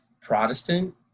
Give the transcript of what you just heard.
Protestant